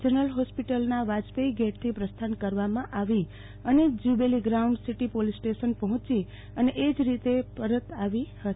general હોસ્પિટલના વાજપેથી gate થી પ્રસ્થાન કરવામાં આવે અને જ્યુબિલી ગ્રાઉન્ડસીટી પોલીસ સ્ટેશન પર્લોચશે અને એજ રીતે પરત આવી હતી